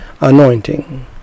anointing